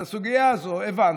את הסוגיה הזו הבנתי.